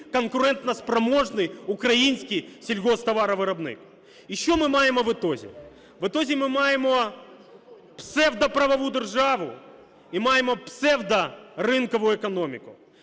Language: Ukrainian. конкурентоспроможний український сільгосптоваровиробник? І що ми маємо в итоге? В итоге ми маємо псевдоправову державу і маємо псевдоринкову економіку.